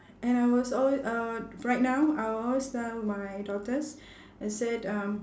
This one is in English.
and I was alwa~ uh right now I will always tell my daughters and said um